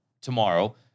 tomorrow